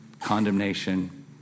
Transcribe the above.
condemnation